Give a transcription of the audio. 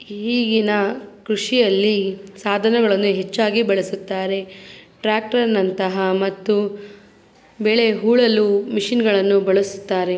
ಈಗಿನ ಕೃಷಿಯಲ್ಲಿ ಸಾಧನಗಳನ್ನು ಹೆಚ್ಚಾಗಿ ಬಳಸುತ್ತಾರೆ ಟ್ರ್ಯಾಕ್ಟರ್ನಂತಹ ಮತ್ತು ಬೆಳೆ ಹೂಳಲು ಮಿಷಿನ್ಗಳನ್ನು ಬಳಸುತ್ತಾರೆ